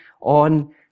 on